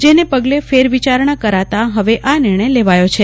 જેને પગલે ફેરવિચારણા કરાતા હવે આ નિર્જ્ઞય લેવાયો છે